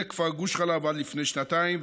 זה כפר גוש חלב עד לפני שנתיים,